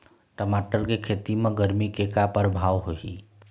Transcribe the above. टमाटर के खेती म गरमी के का परभाव होही?